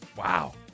Wow